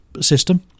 system